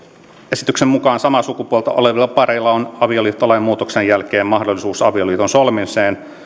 esityksen mukaan samaa sukupuolta olevilla pareilla on avioliittolain muutoksen jälkeen mahdollisuus avioliiton solmimiseen